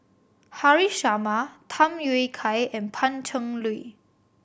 Haresh Sharma Tham Yui Kai and Pan Cheng Lui